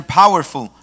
powerful